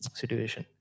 situation